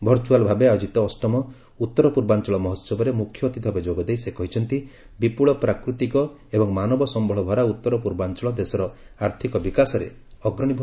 virtual ଭାବେ ଆୟୋଜିତ ଅଷ୍ଟମ ଉତ୍ତର ପୂର୍ବାଞ୍ଚଳ ମହୋହବରେ ମୁଖ୍ୟ ଅତିଥି ଭାବେ ଯୋଗଦେଇ ସେ କହିଛନ୍ତି ବିପୁଳ ପ୍ରାକୃତିକ ଏବଂ ମାନବ ସମ୍ଭଳଭରା ଉତ୍ତର ପୂର୍ବାଞ୍ଚଳ ଦେଶର ଆର୍ଥକ ବିକାଶରେ ଅଗ୍ରଣୀ ଭୂମିକା ଗ୍ରହଣ କରିପାରିବ